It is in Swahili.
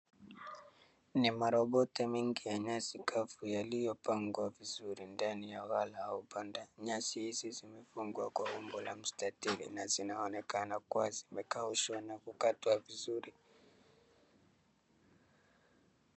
Ni maroboti mengi ya nyasi kavu yaliyopangwa vizuri ndani ya wala au banda. Nyasi hizi zimefungwa kwa umbo la mstatili na zinaonekana kuwa zimekaushwa na kukatwa vizuri.